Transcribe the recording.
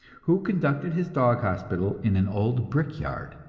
who conducted his dog hospital in an old brickyard.